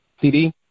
CD